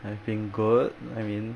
I've been good I mean